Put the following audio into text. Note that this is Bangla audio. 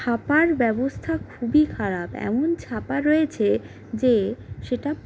ছাপার ব্যবস্থা খুবই খারাপ এমন ছাপা রয়েছে যে সেটা